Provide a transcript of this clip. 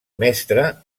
mestre